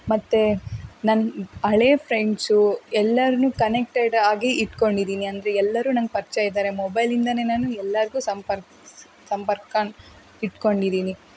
ಮತ್ತೆ ನನ್ನ ಹಳೆ ಫ್ರೆಂಡ್ಸು ಎಲ್ಲರನ್ನು ಕನೆಕ್ಟೆಡ್ ಆಗಿ ಇಟ್ಕೊಂಡಿದ್ದೀನಿ ಅಂದರೆ ಎಲ್ಲರೂ ನಂಗೆ ಪರಿಚಯ ಇದ್ದಾರೆ ಮೊಬೈಲಿಂದಾನೆ ನಾನು ಎಲ್ಲರಿಗೂ ಸಂಪರ್ಕಿಸ ಸಂಪರ್ಕ ಇಟ್ಕೊಂಡಿದ್ದೀನಿ